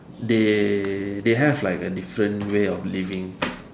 they they have like a different way of living